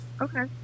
Okay